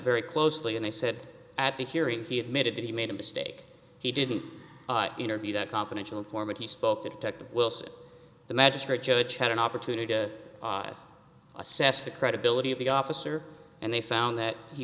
very closely and they said at the hearing he admitted that he made a mistake he didn't interview that confidential informant he spoke to detective wilson the magistrate judge had an opportunity to assess the credibility of the officer and they found that he